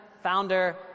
Founder